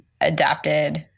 adapted